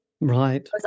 right